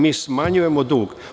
Mi smanjujemo dug.